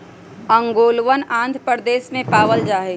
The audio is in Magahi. ओंगोलवन आंध्र प्रदेश में पावल जाहई